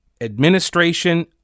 administration